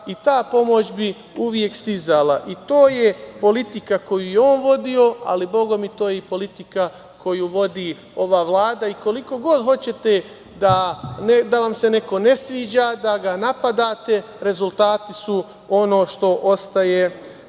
i ta pomoć bi uvek stizala. To je politika koju je on vodio, ali bogami to je i politika koju vodi ova Vlada. Koliko god hoćete da vam se neko ne sviđa, da ga napadate, rezultati su ono što ostaje